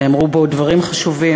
נאמרו בו דברים חשובים.